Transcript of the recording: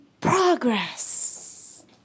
progress